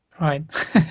right